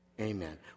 Amen